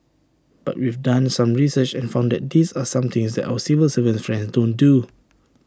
but we've done some research and found that these are some things that our civil servant friends don't do